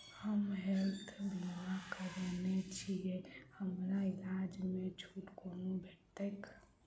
हम हेल्थ बीमा करौने छीयै हमरा इलाज मे छुट कोना भेटतैक?